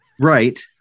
Right